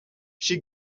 she